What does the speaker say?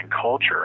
culture